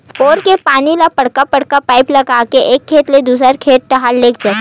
bore के पानी ल बड़का बड़का पाइप लगा के एक खेत ले दूसर खेत डहर लेगे जाथे